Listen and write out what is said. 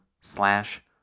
slash